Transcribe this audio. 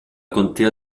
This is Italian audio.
contea